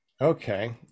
okay